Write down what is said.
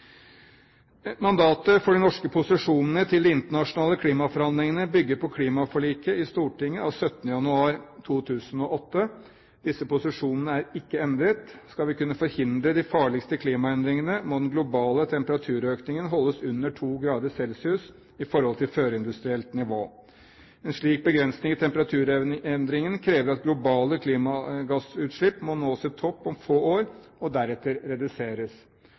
Mandatet for de norske posisjonene til de internasjonale klimaforhandlingene bygger på klimaforliket i Stortinget av 17. januar 2008. Disse posisjonene er ikke endret. Skal vi kunne forhindre de farligste klimaendringene, må den globale temperaturøkningen holdes under 2 grader celsius i forhold til førindustrielt nivå. En slik begrensning i temperaturøkningen krever at globale klimagassutslipp må nå sin topp om få år og deretter reduseres.